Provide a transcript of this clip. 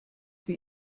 wie